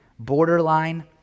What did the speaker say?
Borderline